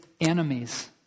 enemies